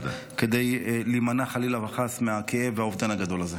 כדי להימנע חלילה וחס מהכאב והאובדן הגדול הזה.